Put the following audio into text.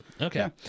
Okay